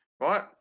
Right